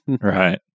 Right